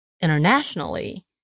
internationally